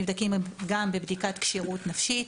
נבדקים גם בבדיקת כשירות נפשית.